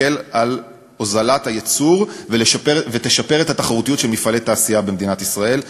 שתקל על הוזלת הייצור ותשפר את התחרותיות של מפעלי תעשייה במדינת ישראל,